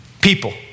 People